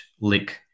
Lick